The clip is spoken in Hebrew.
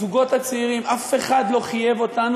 הזוגות הצעירים: אף אחד לא חייב אותנו